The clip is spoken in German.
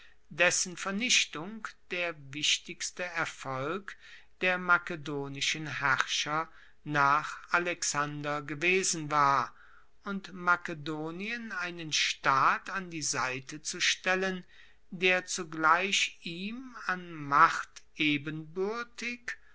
dessen vernichtung der wichtigste erfolg der makedonischen herrscher nach alexander gewesen war und makedonien einen staat an die seite zu stellen der zugleich ihm an macht ebenbuertig